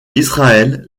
israël